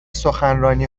سخنرانی